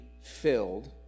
filled